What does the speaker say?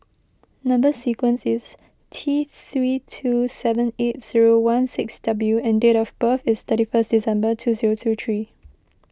Number Sequence is T three two seven eight zero one six W and date of birth is thirty one December two zero zero three